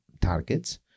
targets